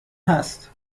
هست